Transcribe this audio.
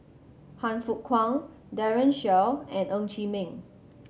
Han Fook Kwang Daren Shiau and Ng Chee Meng